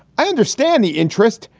i understand the interest.